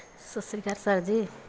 ਸਤਿ ਸ਼੍ਰੀ ਅਕਾਲ ਸਰ ਜੀ